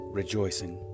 rejoicing